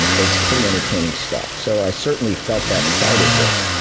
it's pretty entertaining stuff. so i certainly felt that side of this.